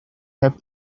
have